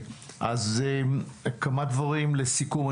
כמה דברים לסיכום,